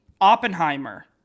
oppenheimer